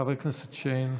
חבר הכנסת שיין.